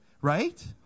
Right